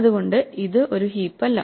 അതുകൊണ്ട് ഇത് ഒരു ഹീപ്പ് അല്ല